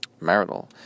marital